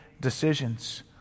decisions